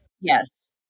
Yes